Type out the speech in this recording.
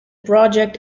project